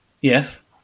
Yes